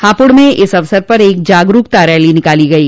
हापुड़ में इस अवसर पर एक जागरूकता रैली निकाली गयी